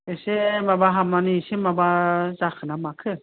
एसे माबा हाबनानै एसे माबा जाखोना माखो